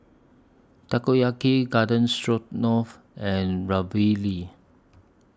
Takoyaki Garden Stroganoff and Ravioli